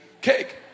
cake